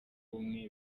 bumwe